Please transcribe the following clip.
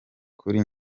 kuri